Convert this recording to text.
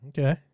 Okay